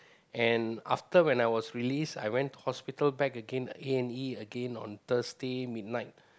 and after when I was released I went to hospital back again A-and-E again on Thursday midnight